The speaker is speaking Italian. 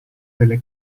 delle